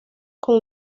con